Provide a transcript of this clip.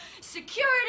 security